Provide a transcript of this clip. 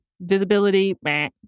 visibility